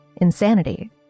Insanity